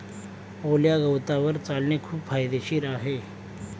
ओल्या गवतावर चालणे खूप फायदेशीर आहे